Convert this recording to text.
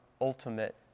ultimate